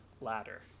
ladder